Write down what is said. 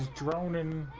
ah ronan